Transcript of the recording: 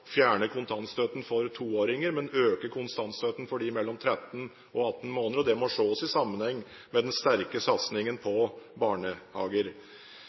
fjerne kontantstøtten for toåringer, men vi øker kontantstøtten for dem mellom 13 og 18 måneder. Det må ses i sammenheng med den sterke satsingen på barnehager.